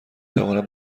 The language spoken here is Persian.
توانم